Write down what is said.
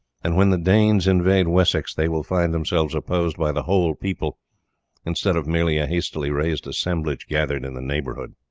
and when the danes invade wessex they will find themselves opposed by the whole people instead of merely a hastily raised assemblage gathered in the neighbourhood.